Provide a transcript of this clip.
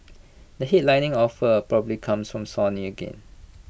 the headlining offer probably comes from Sony again